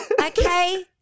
Okay